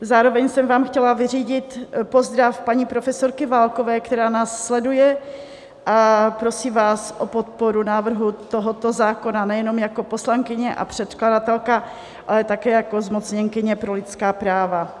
Zároveň jsem vám chtěla vyřídit pozdrav paní profesorky Válkové, která nás sleduje a prosí vás o podporu návrhu tohoto zákona nejenom jako poslankyně a předkladatelka, ale také jako zmocněnkyně pro lidská práva.